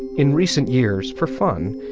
in recent years, for fun,